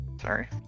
Sorry